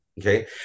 Okay